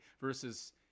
versus